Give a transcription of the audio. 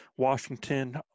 Washington